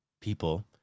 people